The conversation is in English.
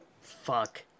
Fuck